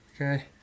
okay